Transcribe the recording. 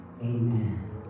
amen